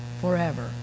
forever